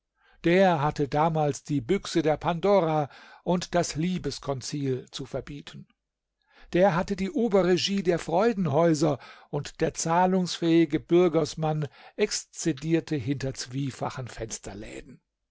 der hatte damals die büchse der pandora und das liebeskonzil zu verbieten der hatte die oberregie der freudenhäuser und der zahlungsfähige bürgersmann exzedierte hinter zwiefachen fensterläden